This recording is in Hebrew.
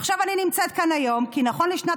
עכשיו אני נמצאת כאן היום כי נכון לשנת